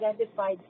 identified